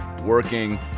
working